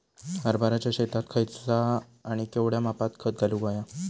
हरभराच्या शेतात खयचा आणि केवढया मापात खत घालुक व्हया?